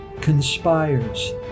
conspires